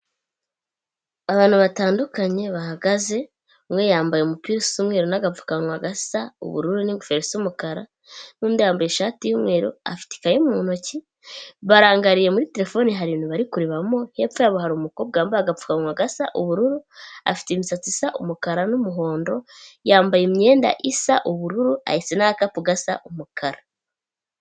Abantu batandukanye bahagaze. Umwe yambaye umupira w’umweru, agapfukamunwa k’ubururu, n’ingofero y’umukara. Undi yambaye ishati y’umweru afite ikaye mu ntoki, barangariye muri terefone hari ibintu bari kurebamo. Hepfo yabo, hari umukobwa wambaye agapfukamunwa k’ubururu, afite imisatsi y’umukara n’umuhondo, yambaye imyenda y’ubururu ndetse afite n’agakapu k’umukara.